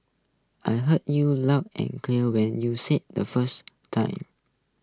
I heard you loud and clear when you said the first time